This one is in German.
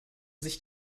sich